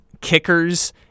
kickers